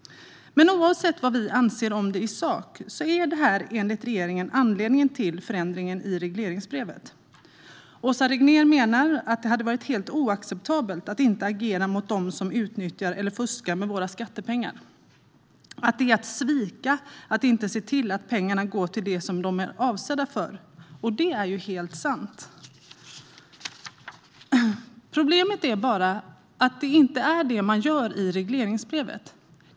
Oavsett vad vi anser om det i sak är det här enligt regeringen anledningen till förändringen i regleringsbrevet. Åsa Regnér menar att det hade varit helt oacceptabelt att inte agera mot dem som utnyttjar eller fuskar med våra skattepengar. Hon menar också att det är att svika att inte se till att pengarna går till det som de är avsedda för. Det är ju helt sant. Problemet är bara att det inte är det som man gör i regleringsbrevet.